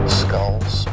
skulls